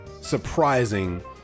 surprising